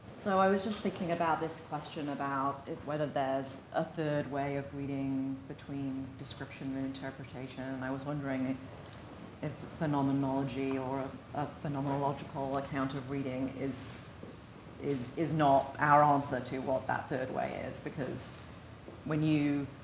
so i was just thinking about this question, about whether there's a third way of reading between description and interpretation, and i was wondering and and if phenomenology, or a phenomenological account of reading is, is is not, our answer to what that third way is, because when you,